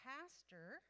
pastor